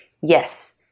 yes